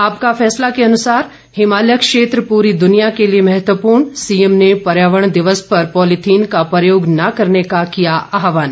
आपका फैसला के अनुसार हिमालय क्षेत्र पूरी दुनिया के लिए महत्वपूर्ण सीएम ने पर्यावरण दिवस पर पॉलीथीन का प्रयोग न करने का किया आहवान